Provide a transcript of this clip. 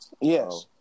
yes